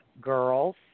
girls